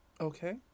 Okay